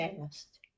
fast